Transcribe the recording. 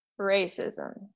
racism